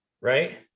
right